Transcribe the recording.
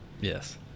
Yes